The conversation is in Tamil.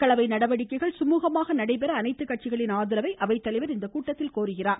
மக்களவை நடவடிக்கைகள் சுமூகமாக நடைபெற அனைத்து கட்சிகளின் ஆதரவை அவைத்தலைவர் இக்கூட்டத்தில் கோருகிறார்